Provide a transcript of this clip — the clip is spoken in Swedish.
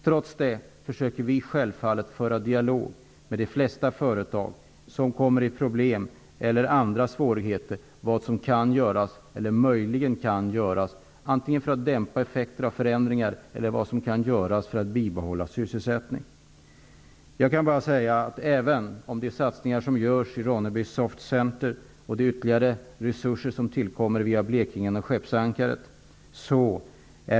Trots det försöker regeringen självfallet föra dialog med de flesta företag som kommer i problem eller svårigheter om vad som möjligen kan göras antingen för att dämpa effekter av förändringar eller för att bibehålla sysselsättningen. Det görs satsningar i Ronneby Soft Center, och ytterligare resurser tillkommer via Blekingen och Skeppsankaret.